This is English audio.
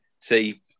See